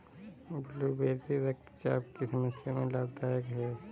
blueberry रक्तचाप की समस्या में लाभदायक है